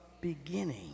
beginning